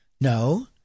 No